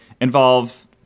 involve